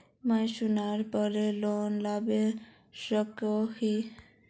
मुई सोनार पोर लोन लुबा सकोहो ही?